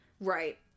Right